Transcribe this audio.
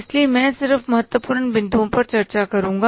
इसलिए मैं सिर्फ महत्वपूर्ण बिंदुओं पर चर्चा करूँगा